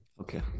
Okay